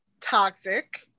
toxic